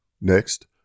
Next